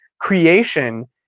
creation